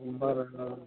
બરોબર